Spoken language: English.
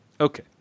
okay